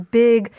big